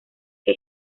que